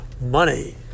Money